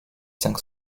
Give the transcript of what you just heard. cinq